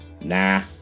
Nah